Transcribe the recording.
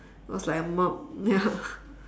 was like a mum ya